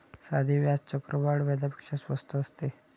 साधे व्याज चक्रवाढ व्याजापेक्षा स्वस्त असते